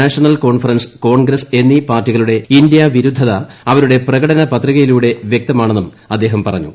national Conference Congress എന്നീ പാർട്ടികളുടെ ഇന്ത്യാവിരുദ്ധത അവരുടെ പ്രകടന പത്രികയിലൂടെ വൃക്തമാണെന്നും അദ്ദേഹം പറഞ്ഞു